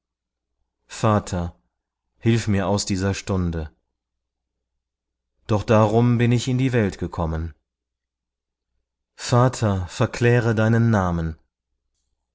vater hilf mir aus dieser stunde doch darum bin ich in die welt gekommen vater verkläre deinen namen